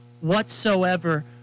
whatsoever